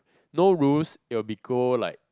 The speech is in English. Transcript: no rules it will be go like